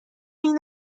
این